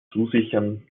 zusichern